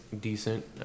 decent